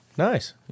Nice